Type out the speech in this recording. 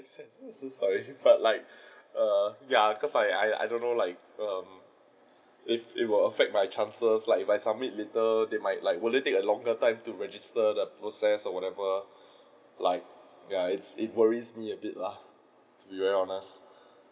like err ya cos' I I I don't know like um if it will affect my chances like if I submit later that might would it take a longer time to register the process or whatever like ya it it worries me a bit lah to be very honest